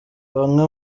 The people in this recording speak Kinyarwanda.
bamwe